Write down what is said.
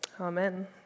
Amen